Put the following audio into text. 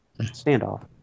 Standoff